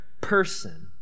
person